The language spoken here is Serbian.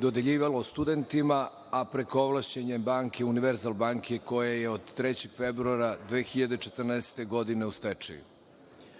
dodeljivalo studentima, a preko ovlašćene banke, Univerzal banke, koja je od 3. februara 2014. godine u stečaju?